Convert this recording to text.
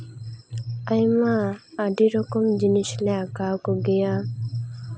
ᱟᱭᱢᱟ ᱟᱹᱰᱤ ᱨᱚᱠᱚᱢ ᱡᱤᱱᱤᱥᱞᱮ ᱟᱸᱠᱟᱣ ᱠᱚᱜᱮᱭᱟ